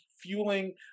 fueling